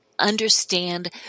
understand